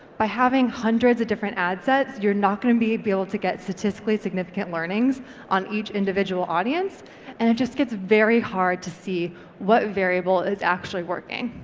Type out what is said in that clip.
by having hundreds of different ad sets, you're not going to be be able to get statistically significant learnings on each individual audience and it just gets very hard to see what variable is actually working.